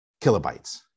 kilobytes